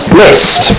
list